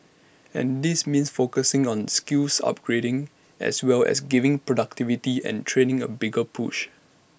and this means focusing on skills upgrading as well as giving productivity and training A bigger push